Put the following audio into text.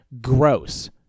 gross